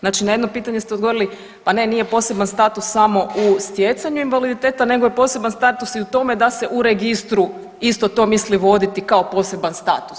Znači na jedno pitanje ste odgovorili, pa ne nije poseban status samo u stjecanju invaliditeta nego je poseban status i u tome da se u registru isto to misli voditi kao poseban status.